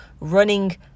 running